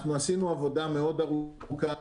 עשינו עבודה מאוד ארוכה,